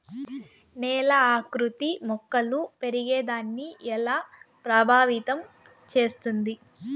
నేల ఆకృతి మొక్కలు పెరిగేదాన్ని ఎలా ప్రభావితం చేస్తుంది?